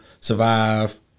survive